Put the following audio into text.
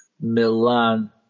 Milan